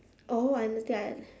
oh I understand